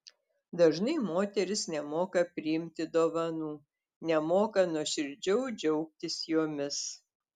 dažnai moterys nemoka priimti dovanų nemoka nuoširdžiau džiaugtis jomis